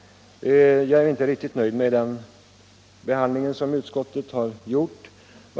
Jag är inte riktigt nöjd med det uttalande som utskottet gjort.